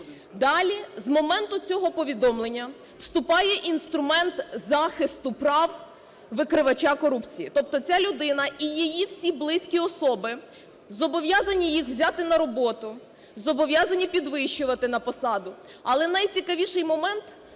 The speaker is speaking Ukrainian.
Далі, з моменту цього повідомлення, вступає інструмент захисту прав викривача корупції. Тобто ця людина і її всі близькі особи зобов'язані їх взяти на роботу, зобов'язані підвищувати на посадах. Але найцікавіший момент,